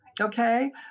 Okay